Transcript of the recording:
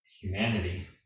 humanity